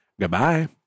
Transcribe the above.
Goodbye